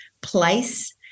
place